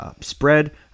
spread